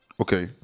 Okay